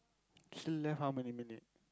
still left how many minute